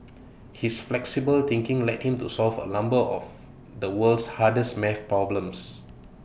his flexible thinking led him to solve A number of the world's hardest math problems